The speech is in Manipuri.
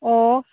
ꯑꯣ